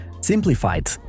simplified